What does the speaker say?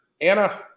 Anna